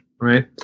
right